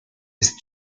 ist